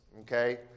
Okay